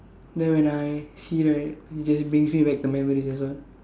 then when I see right it just brings me like the memories as well